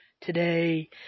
today